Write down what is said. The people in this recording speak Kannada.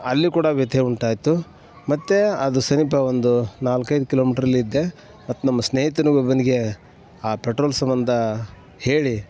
ಅಲ್ಲಿ ಕೂಡ ವ್ಯಥೆ ಉಂಟಾಯಿತು ಮತ್ತು ಅದು ಸಮೀಪ ಒಂದು ನಾಲ್ಕೈದು ಕಿಲೋಮೀಟರಲ್ಲಿದ್ದೆ ಮತ್ತೆ ನಮ್ಮ ಸ್ನೇಹಿತನಿಗೊಬ್ಬನಿಗೆ ಆ ಪೆಟ್ರೋಲ್ ಸಂಬಂಧ ಹೇಳಿ